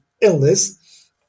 illness